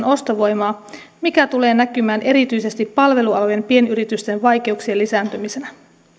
ostovoimaa mikä tulee näkymään erityisesti palvelualojen pienyritysten vaikeuksien lisääntymisenä